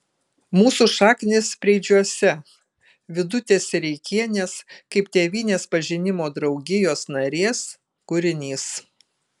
mūsų šaknys preidžiuose vidutės sereikienės kaip tėvynės pažinimo draugijos narės kūrinys